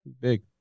Big